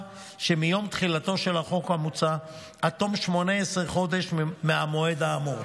שמיום תחילתו של החוק המוצע עד תום 18 חודשים מהמועד האמור.